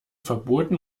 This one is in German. verboten